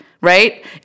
right